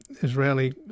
Israeli